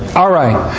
alright,